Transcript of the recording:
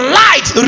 light